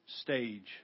stage